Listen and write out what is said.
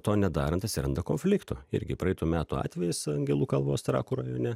to nedarant atsiranda konfliktų irgi praeitų metų atvejis angelų kalvos trakų rajone